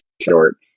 short